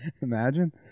Imagine